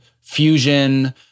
fusion